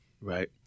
right